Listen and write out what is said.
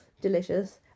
Delicious